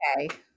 okay